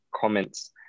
comments